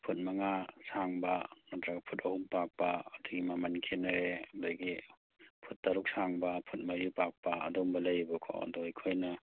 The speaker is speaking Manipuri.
ꯐꯨꯠ ꯃꯉꯥ ꯁꯥꯡꯕ ꯅꯠꯇ꯭ꯔꯒ ꯐꯨꯠ ꯑꯍꯨꯝ ꯄꯥꯛꯄ ꯑꯗꯒꯤ ꯃꯃꯟ ꯈꯦꯠꯅꯔꯦ ꯑꯗꯒꯤ ꯐꯨꯠ ꯇꯔꯨꯛ ꯁꯥꯡꯕ ꯐꯨꯠ ꯃꯔꯤ ꯄꯥꯛꯄ ꯑꯗꯨꯝꯕ ꯂꯩꯌꯦꯕꯀꯣ ꯑꯗꯣ ꯑꯩꯈꯣꯏꯅ